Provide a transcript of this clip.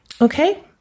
Okay